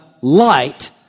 light